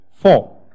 Four